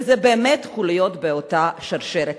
וזה באמת חוליות באותה שרשרת,